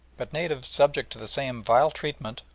but natives subject to the same vile treatment,